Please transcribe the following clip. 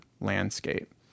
landscape